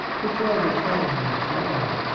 which are the family of god.